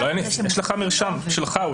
אבל יש לך מרשם שלך,